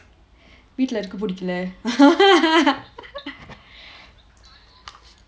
வீட்டுல இருக்க புடிக்கல:veetula irukka pudikkala